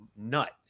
nut